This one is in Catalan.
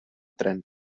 tren